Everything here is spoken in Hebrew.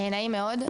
נעים מאוד,